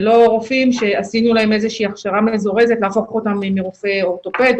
ולא רופאים שעשינו להם איזושהי הכשרה מזורזת להפוך אותם מרופא אורתופד,